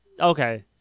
Okay